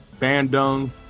Bandung